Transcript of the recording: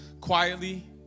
quietly